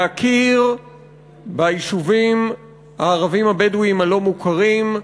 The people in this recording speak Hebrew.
להכיר ביישובים הערביים הבדואיים הלא-מוכרים,